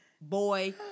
boy